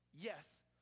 Yes